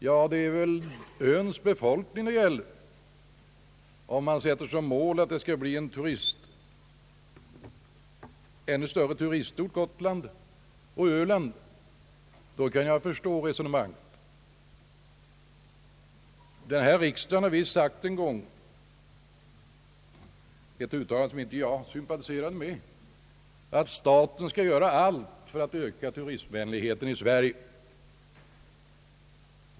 Men det är väl öns befolkning det gäller. Om man sätter som mål att det skall bli ännu större turism på Gotland och Öland, kan jag förstå resonemanget. Riksdagen har visst sagt en gång — ett uttalande som jag inte sympatiserade med — att staten skall göra allt för att öka turistvänligheten i Sverige.